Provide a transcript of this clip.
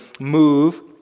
move